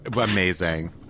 amazing